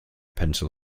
pencil